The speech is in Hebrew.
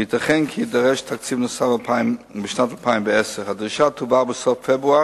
וייתכן כי יידרש תקציב נוסף בשנת 2010. הדרישה תועבר בסוף פברואר,